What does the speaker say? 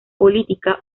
política